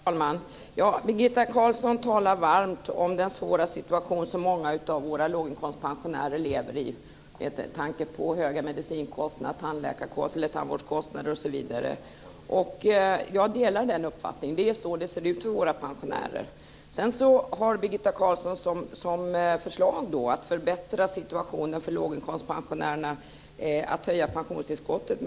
Herr talman! Birgitta Carlsson talar varmt om den svåra situation som många av våra låginkomstpensionärer lever i med tanke på höga medicinkostnader, tandvårdskostnader osv. Jag delar den uppfattningen. Det är så det ser ut för våra pensionärer. Birgitta Carlssons förslag för att förbättra situationen för låginkomstpensionärerna är att höja pensionstillskottet.